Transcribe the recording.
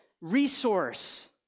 resource